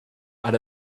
out